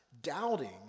doubting